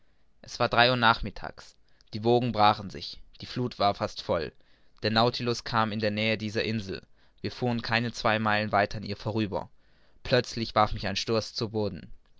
es war drei uhr nachmittags die wogen brachen sich die fluth war fast voll der nautilus kam in die nähe dieser insel wir fuhren keine zwei meilen weit an ihr vorüber plötzlich warf mich ein stoß zu boden